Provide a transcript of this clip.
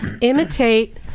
imitate